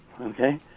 Okay